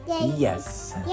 Yes